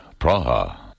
Praha